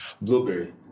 Blueberry